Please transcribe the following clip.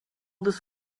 this